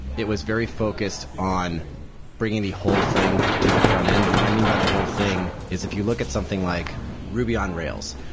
it was very focused on bringing the whole thing to the frontend, and what i mean by the whole thing is if you look at something like ruby on rails.